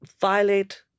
violate